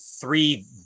three